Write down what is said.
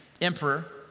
emperor